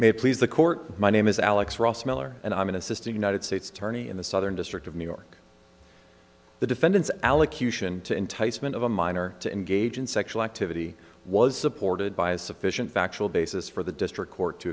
may please the court my name is alex ross miller and i'm in assisting united states attorney in the southern district of new york the defendant's allocution to enticement of a minor to engage in sexual activity was supported by a sufficient factual basis for the district court to